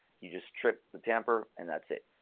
you just trip the tamper, and that's it.